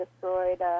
destroyed